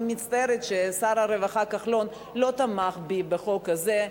אני מצטערת ששר הרווחה כחלון לא תמך בי בחוק הזה,